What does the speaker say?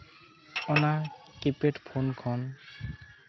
ᱚᱱᱟ keypad phone ᱠᱷᱚᱱ